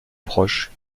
proches